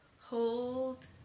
hold